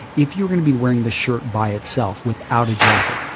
if youire going to be wearing the shirt by itself without a jacket.